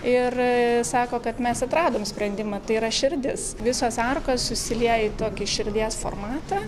ir sako kad mes atradom sprendimą tai yra širdis visos arkos susilieja į tokį širdies formatą